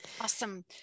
Awesome